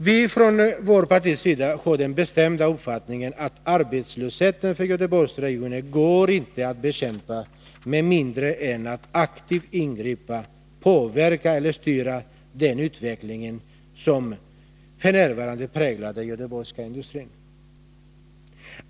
Vårt parti har den bestämda uppfattningen att arbetslösheten i Göteborgsregionen inte går att bekämpa med mindre än att man aktivt ingriper, påverkar eller styr utvecklingen.